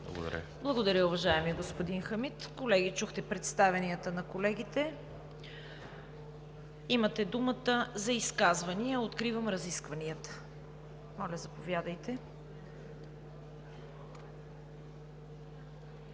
Благодаря Ви, уважаеми господин Хамид. Колеги, чухте представянията на колегите. Имате думата за изказвания, откривам разискванията. Моля, заповядайте.